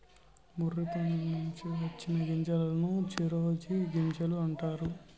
మొర్రి పండ్ల నుంచి వచ్చిన గింజలను చిరోంజి గింజలు అంటారు